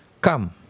come